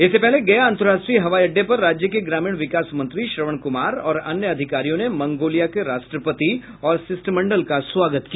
इससे पहले गया अन्तर्राष्ट्रीय हवाई अड्डे पर राज्य के ग्रामीण विकास मंत्री श्रवण कुमार और अन्य अधिकारियों ने मंगोलिया के राष्ट्रपति और शिष्टमंडल का स्वागत किया